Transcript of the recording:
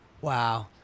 wow